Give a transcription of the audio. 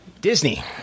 Disney